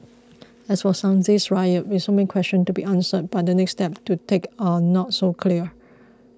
as for Sunday's riot with so many questions to be answered but the next steps to take are not so clear